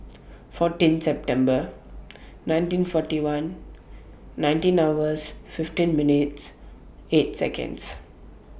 fourteen September nineteen forty one nineteen hours fifteen minutes eight Seconds